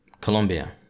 colombia